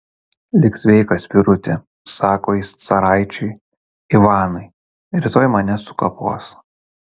lik sveikas vyruti sako jis caraičiui ivanui rytoj mane sukapos